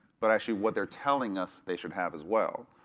but actually what they're telling us they should have as well.